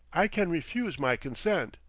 i can refuse my consent.